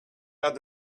out